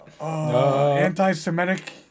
Anti-Semitic